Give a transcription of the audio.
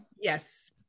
Yes